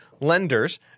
lenders